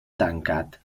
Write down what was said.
tancat